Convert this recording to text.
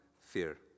fear